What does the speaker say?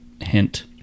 hint